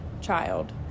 child